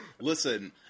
listen